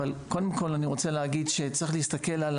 אבל קודם כל אני רוצה להגיד שצריך להסתכל על